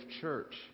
church